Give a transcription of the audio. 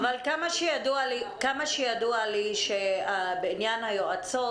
עד כמה שידוע לי בעניין היועצות,